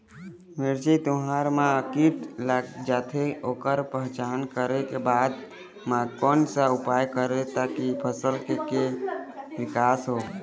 मिर्ची, तुंहर मा कीट लग जाथे ओकर पहचान करें के बाद मा कोन सा उपाय करें ताकि फसल के के विकास हो?